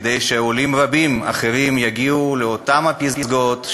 כדי שעולים רבים אחרים יגיעו לאותן פסגות,